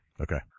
Okay